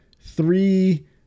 three